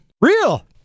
real